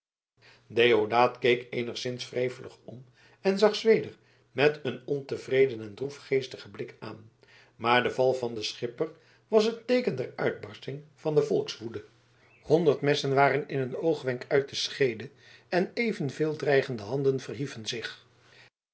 deodaat keek eenigszins wrevelig om en zag zweder met een ontevreden en droefgeestigen blik aan maar de val van den schipper was het teeken der uitbarsting van de volkswoede honderd messen waren in een oogwenk uit de scheede en evenveel dreigende handen verhieven zich